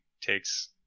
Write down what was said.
takes